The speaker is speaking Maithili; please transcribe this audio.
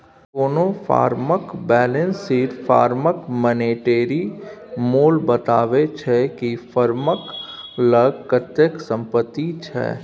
कोनो फर्मक बेलैंस सीट फर्मक मानेटिरी मोल बताबै छै कि फर्मक लग कतेक संपत्ति छै